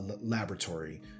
laboratory